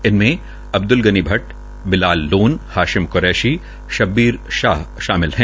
इसमें अब्द्रल गनी भट्ट विलाल लोन हाशिम क्रेशी शब्बीर शाह शामिल है